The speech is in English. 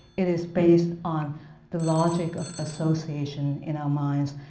it is based on the logic of association in our minds.